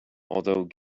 although